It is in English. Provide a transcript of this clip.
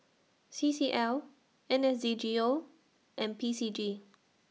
C C L N S Z G O and P C G